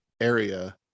area